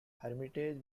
hermitage